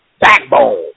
backbone